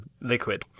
liquid